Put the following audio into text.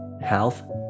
health